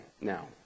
now